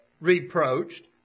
reproached